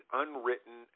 unwritten